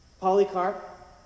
Polycarp